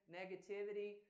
negativity